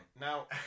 now